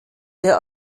der